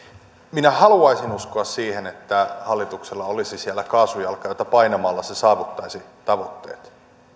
minä haluaisin uskoa siihen että hallituksella olisi kaasujalka jota painamalla se saavuttaisi tavoitteet